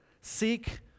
seek